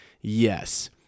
yes